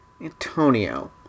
Antonio